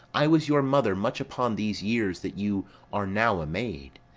i was your mother much upon these years that you are now a maid.